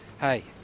hey